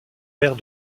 maire